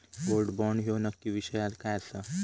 Gold bond ह्यो नक्की विषय काय आसा?